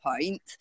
point